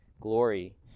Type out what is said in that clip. glory